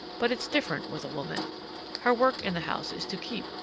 but it's different with a woman her work in the house is to keep,